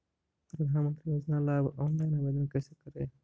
प्रधानमंत्री योजना ला ऑनलाइन आवेदन कैसे करे?